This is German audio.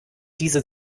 diese